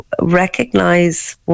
recognize